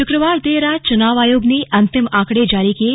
शुक्रवार देर रात चुनाव आयोग ने अंतिम आंकड़े जारी किये